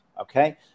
Okay